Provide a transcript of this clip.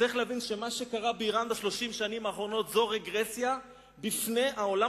צריך להבין שמה שקרה באירן ב-30 השנים האחרונות זו רגרסיה בפני העולם